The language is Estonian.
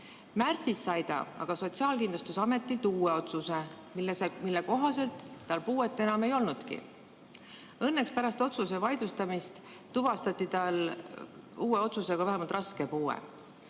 Märtsis sai ta aga Sotsiaalkindlustusametilt uue otsuse, mille kohaselt tal puuet enam ei olnudki. Õnneks tuvastati pärast otsuse vaidlustamist tal uue otsusega vähemalt raske puue.